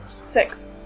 Six